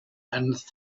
and